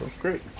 great